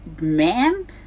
man